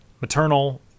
maternal